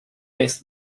best